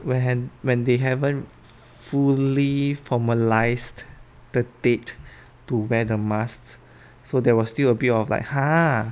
when when they haven't fully formalised the date to wear the masks so there was still a bit of like !huh!